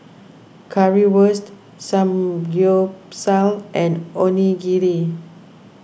Currywurst Samgyeopsal and Onigiri